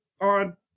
on